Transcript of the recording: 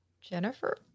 Jennifer